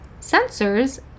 Sensors